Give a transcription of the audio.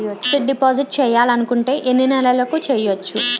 Fixed deposit చేయాలి అనుకుంటే ఎన్నే నెలలకు చేయొచ్చు?